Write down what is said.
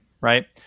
right